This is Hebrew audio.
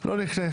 לא ניכנס